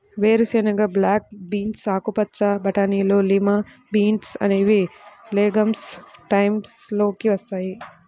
వేరుశెనగ, black beans, ఆకుపచ్చ బటానీలు, లిమా బీన్స్ అనేవి లెగమ్స్ టైప్స్ లోకి వస్తాయి